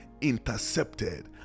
intercepted